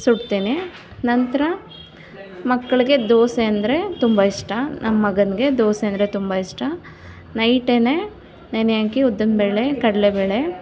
ಸುಡ್ತೇನೆ ನಂತರ ಮಕ್ಕಳಿಗೆ ದೋಸೆ ಅಂದರೆ ತುಂಬ ಇಷ್ಟ ನಮ್ಮ ಮಗನಿಗೆ ದೋಸೆ ಅಂದರೆ ತುಂಬ ಇಷ್ಟ ನೈಟೆನೇ ನೆನೆ ಹಾಕಿ ಉದ್ದಿನಬೇಳೆ ಕಡಲೆ ಬೇಳೆ